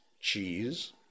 cheese